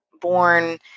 born